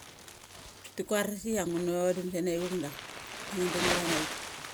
Bes ti kuaras ia ngu na thodum sanai vuk dak dung, dung glan avik.